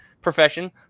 profession